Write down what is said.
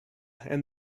and